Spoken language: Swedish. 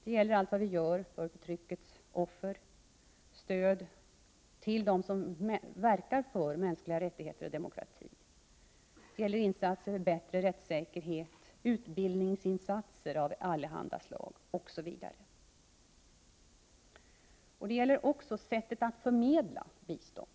Det gäller allt vad vi gör för förtryckets offer och i form av stöd till dem som verkar för mänskliga rättigheter och demokrati. Det gäller insatser för bättre rättssäkerhet, utbildningsinsatser av allehanda slag osv. Det gäller också sättet att förmedla bistånd.